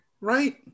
Right